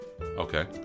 okay